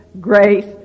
grace